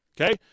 Okay